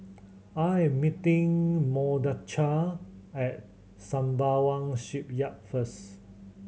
I am meeting Mordechai at Sembawang Shipyard first